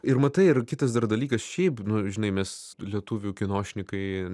ir matai ir kitas dar dalykas šiaip nu žinai mes lietuvių kinošnikai